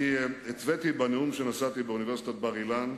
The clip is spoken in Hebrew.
אני התוויתי, בנאום שנשאתי באוניברסיטת בר-אילן,